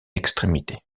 extrémité